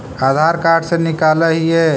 आधार card से निकाल हिऐ?